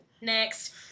Next